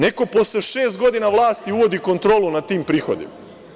Neko posle šest godina vlasti uvodi kontrolu nad tim prihodima.